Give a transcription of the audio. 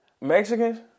Mexicans